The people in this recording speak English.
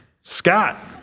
Scott